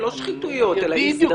אלה לא שחיתויות אלא אי סדרים.